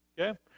Okay